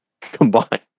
combined